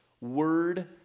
word